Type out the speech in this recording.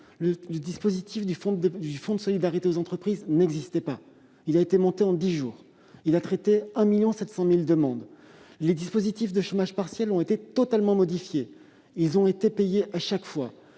le dispositif du fonds de solidarité aux entreprises n'existait pas : monté en dix jours, il a traité un 1,7 million de demandes. Les dispositifs de chômage partiel ont été totalement modifiés et les salariés ont été payés à chaque fois.